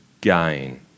gain